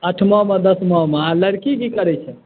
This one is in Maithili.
अठमामे आ दसमामे आ लड़की की करै छै